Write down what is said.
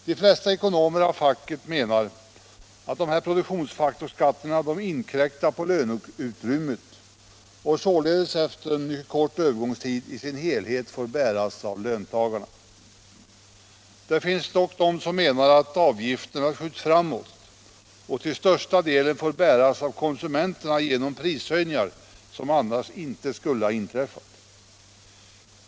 De flesta ekonomer av facket menar att dessa produktionsfaktorsskatter inkräktar på löneutrymmet och således efter en kort övergångstid i sin helhet får bäras av löntagarna. Det finns dock de som menar att avgifterna skjuts framåt och till största delen får bäras av konsumenterna genom prishöjningar som annars inte skulle ha inträffat.